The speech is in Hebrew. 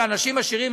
אלה אנשים עשירים,